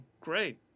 great